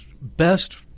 best